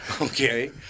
Okay